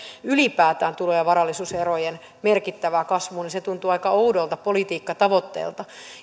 ylipäätään tulo ja varallisuuserojen merkittävään kasvuun tuntuu aika oudolta politiikkatavoitteelta